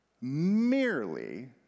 merely